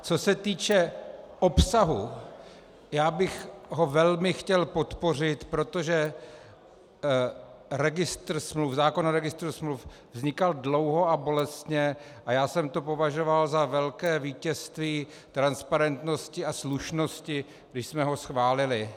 Co se týče obsahu, já bych ho chtěl velmi podpořit, protože zákon o registru smluv vznikal dlouho a bolestně a já jsem to považoval za velké vítězství transparentnosti a slušnosti, když jsme ho schválili.